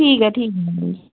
ठीक ऐ भी